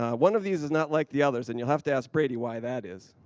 one of these is not like the others, and you'll have to ask brady why that is.